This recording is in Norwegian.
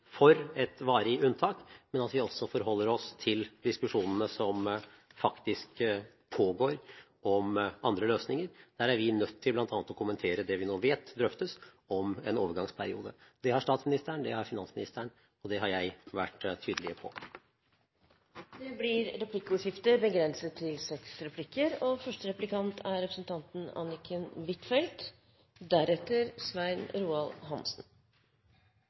for et varig unntak, men at vi også forholder oss til diskusjonene som faktisk pågår, om andre løsninger. Der er vi nødt til bl.a. å kommentere det vi nå vet drøftes, om en overgangsperiode. Det har statsministeren, det har finansministeren og det har jeg vært tydelig på. Det blir replikkordskifte. Jeg takker for et ryddig innlegg. 28. november er